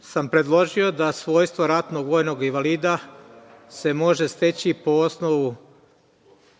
sam predložio da se svojstvo ratnog vojnog invalida može steći po osnovu